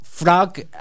Frog